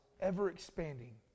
ever-expanding